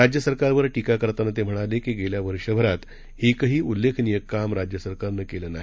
राज्य सरकारवर टीका करताना ते म्हणाले की गेल्या वर्षभरात एकही उल्लेखनीय काम राज्य सरकारनं केलं नाही